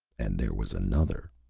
and there was another,